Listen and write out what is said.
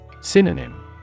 Synonym